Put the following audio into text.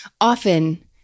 often